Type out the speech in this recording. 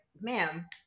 ma'am